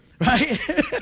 right